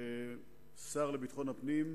כשר לביטחון הפנים,